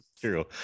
true